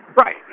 Right